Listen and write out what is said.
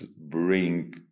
bring